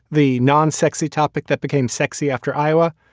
the non-sexy topic that became sexy after iowa.